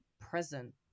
present